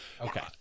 Okay